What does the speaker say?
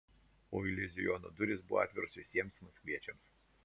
o iliuziono durys buvo atviros visiems maskviečiams